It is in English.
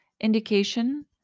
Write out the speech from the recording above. Indication